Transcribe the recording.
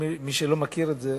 מי שלא מכיר את זה,